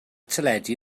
teledu